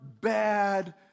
bad